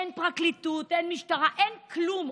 אין פרקליטות, אין משטרה, אין כלום.